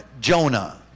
Jonah